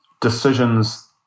decisions